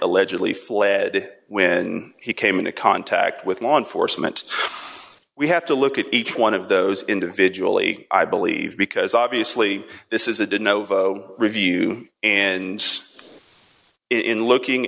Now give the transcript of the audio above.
allegedly fled when he came into contact with law enforcement we have to look at each one of those individuals i believe because obviously this is a did novo review and says in looking